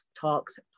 Talks